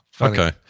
okay